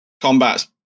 combat